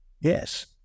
Yes